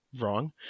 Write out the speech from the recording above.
Wrong